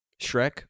Shrek